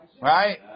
Right